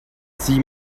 sieh